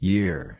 Year